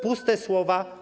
Puste słowa.